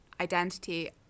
identity